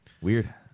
Weird